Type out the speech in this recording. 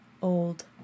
old